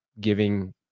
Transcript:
giving